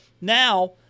now